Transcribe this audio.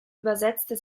übersetzte